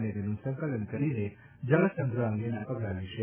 અને તેનું સંકલન કરીને જળ સંગ્રહ અંગેના પગલાં લેશે